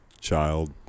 child